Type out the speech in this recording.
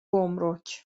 گمرک